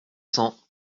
cents